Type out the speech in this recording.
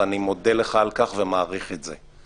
ואני מודה לך על כך ומעריך את זה.